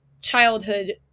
childhood